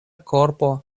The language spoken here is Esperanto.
korpo